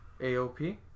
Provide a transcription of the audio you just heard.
aop